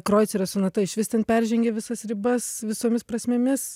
kroicerio sonata išvis ten peržengė visas ribas visomis prasmėmis